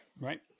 Right